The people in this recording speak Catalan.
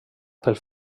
pel